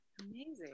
amazing